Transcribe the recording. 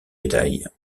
médailles